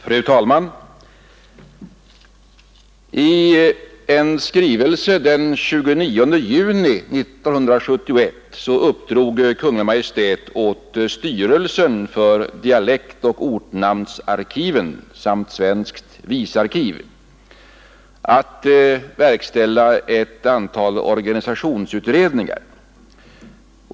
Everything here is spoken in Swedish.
Fru talman! I en skrivelse av den 29 juni 1971 uppdrog Kungl. Maj:t åt styrelsen för dialektoch ortnamnsarkiven samt svenskt visarkiv att verkställa ett antal organisationsutredningar.